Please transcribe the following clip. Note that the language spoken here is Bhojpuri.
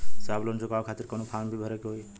साहब लोन चुकावे खातिर कवनो फार्म भी भरे के होइ?